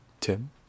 Tim